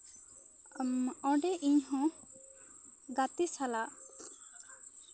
ᱚᱸᱰᱮ ᱤᱧᱦᱚᱸ ᱜᱟᱛᱮ ᱥᱟᱞᱟᱜ